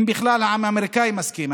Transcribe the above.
אם בכלל העם האמריקאי מסכים.